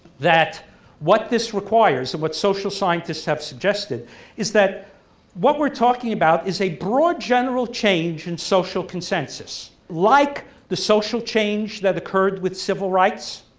that what this requires and what social scientists have suggested is that what we're talking about is a broad general change in social consensus like the social change that occurred with civil rights.